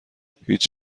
هیچ